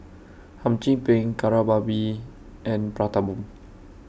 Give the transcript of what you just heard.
Hum Chim Peng Kari Babi and Prata Bomb